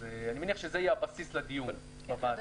אז אני מניח שזה יהיה הבסיס לדיון בוועדה.